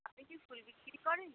আপনি কি ফুল বিক্রি করেন